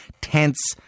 tense